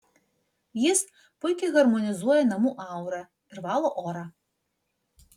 jis puikiai harmonizuoja namų aurą ir valo orą